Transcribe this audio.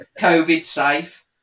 COVID-safe